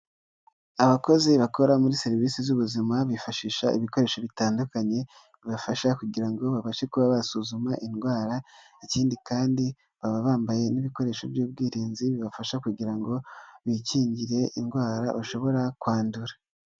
Abakozi bakora muri serivisi z'ubuzima, bifashisha ibikoresho bitandukanye, bibafasha kugira ngo babashe kuba basuzuma indwara, ikindi kandi baba bambaye n'ibikoresho by'ubwirinzi, bibafasha kugira ngo bikingire indwara, bashobo kwandura,